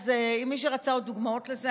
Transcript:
אז מי שרצה עוד דוגמאות לזה,